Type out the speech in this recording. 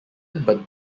but